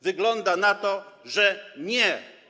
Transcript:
Wygląda na to, że nie.